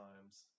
times